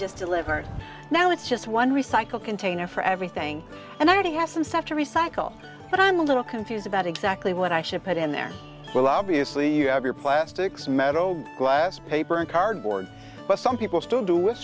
just to live right now it's just one recycle container for everything and i already have some stuff to recycle but i'm a little confused about exactly what i should put in there well obviously you have your plastics meadow glass paper and cardboard but some people still do